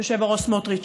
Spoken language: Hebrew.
היושב-ראש סמוטריץ.